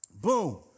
boom